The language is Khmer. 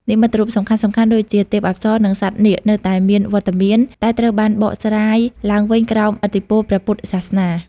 និមិត្តរូបសំខាន់ៗដូចជា ទេពអប្សរ និងសត្វនាគនៅតែមានវត្តមាន តែត្រូវបានបកស្រាយឡើងវិញក្រោមឥទ្ធិពលព្រះពុទ្ធសាសនា។